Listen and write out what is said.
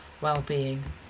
well-being